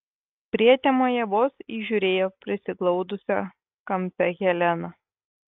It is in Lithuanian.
prietemoje vos įžiūrėjo prisiglaudusią kampe heleną